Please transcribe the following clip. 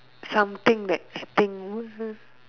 something that I think